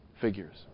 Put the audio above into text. figures